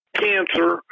cancer